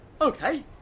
okay